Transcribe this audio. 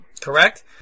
Correct